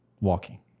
walking